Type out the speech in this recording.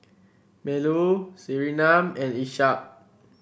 Melur Surinam and Ishak